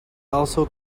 also